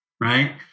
right